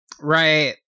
Right